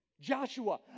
Joshua